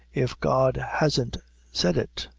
if god hasn't said it.